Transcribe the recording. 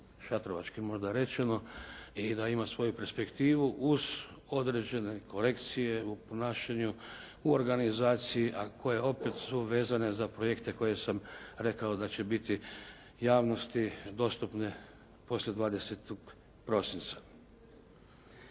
šatrovački možda rečeno, i da ima svoju perspektivu uz određene korekcije u ponašanju, u organizaciji a koje opet su vezane za projekte koje sam rekao da će biti javnosti dostupne poslije 20. prosinca.